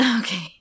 okay